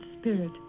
spirit